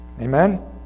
Amen